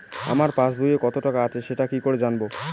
আমার পাসবইয়ে কত টাকা আছে সেটা কি করে জানবো?